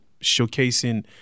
showcasing